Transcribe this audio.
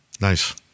Nice